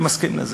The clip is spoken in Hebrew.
אני מסכים אתך,